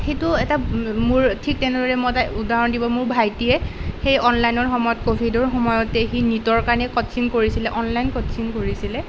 সেইটো এটা মোৰ ঠিক তেনেদৰে মোৰ এটা উদাহৰণ দিব মোৰ ভাইটিয়ে সেই অনলাইনৰ সময়ত ক'ভিডৰ সময়তেই সি নীটৰ কাৰণে কোচিং কৰিছিলে অনলাইন কোচিং কৰিছিলে